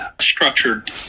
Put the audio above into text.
structured